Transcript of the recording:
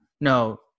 No